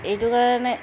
এইটো কাৰণে